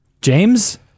James